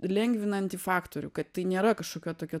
lengvinantį faktorių kad tai nėra kažkokia tokia